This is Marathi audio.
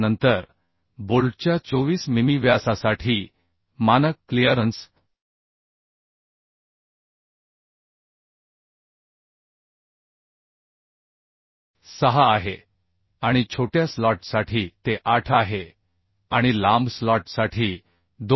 नंतर बोल्टच्या 24 मिमी व्यासासाठी मानक क्लिअरन्स 6 आहे आणि छोट्या स्लॉटसाठी ते 8 आहे आणि लांब स्लॉटसाठी 2